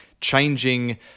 changing